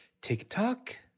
TikTok